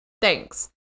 Thanks